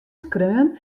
skreaun